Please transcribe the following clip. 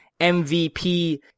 MVP